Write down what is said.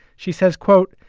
she says, quote,